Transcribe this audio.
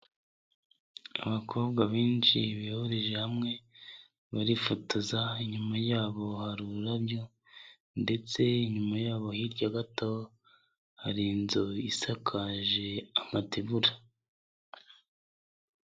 Abakobwa benshi bihurije hamwe barifotoza, inyuma yabo hari ururabyo ndetse inyuma yabo hirya gato hari inzu isakaje amatebura.